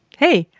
hey,